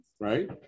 right